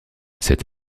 cette